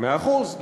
מאה אחוז.